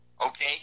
Okay